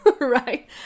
right